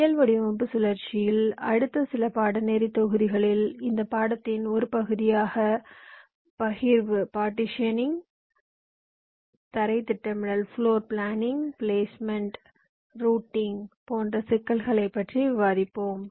இயல் வடிவமைப்பு சுழற்சியில் அடுத்த சில பாடநெறி தொகுதிகளில் இந்த பாடத்தின் ஒரு பகுதியாக பகிர்வு தரைத் திட்டமிடல் பிளேஸ்மெண்ட் ரூட்டிங் போன்ற சிக்கல்களைப் பற்றி விவாதிப்போம்